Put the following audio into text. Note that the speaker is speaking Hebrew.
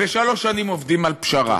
ושלוש שנים עובדים על פשרה.